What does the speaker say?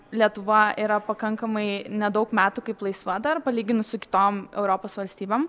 lietuva yra pakankamai nedaug metų kaip laisva dar palyginus su kitom europos valstybėm